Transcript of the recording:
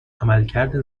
عملکرد